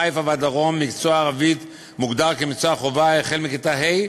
חיפה והדרום מקצוע הערבית מוגדר כמקצוע חובה החל מכיתה ה',